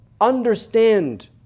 understand